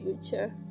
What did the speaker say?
future